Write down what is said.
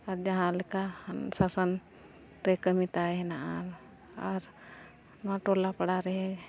ᱟᱨ ᱡᱟᱦᱟᱸ ᱞᱮᱠᱟ ᱥᱚᱥᱟᱱ ᱨᱮ ᱠᱟᱹᱢᱤ ᱛᱟᱦᱮᱱᱟ ᱟᱨ ᱱᱚᱣᱟ ᱴᱚᱞᱟ ᱯᱟᱲᱟᱨᱮ